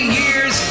years